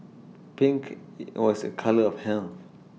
pink was A colour of health